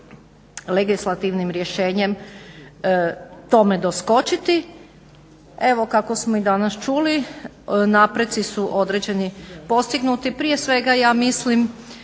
legislativnim rješenjem tome doskočiti. Evo, kako smo i danas čuli, napreci su određeni postignuti. Prije svega ja mislim